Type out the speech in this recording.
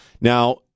Now